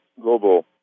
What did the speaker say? global